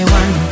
one